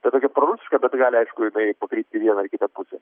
bet tokia prorusiška bet gali aišku jinai paveikti vieną ir kitą pusę